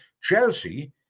Chelsea